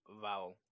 Vowel